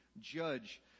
judge